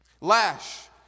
lash